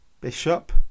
Bishop